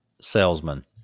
salesman